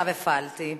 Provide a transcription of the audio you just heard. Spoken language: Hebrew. עכשיו הפעלתי.